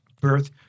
birth